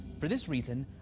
for this reason,